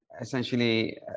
essentially